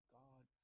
god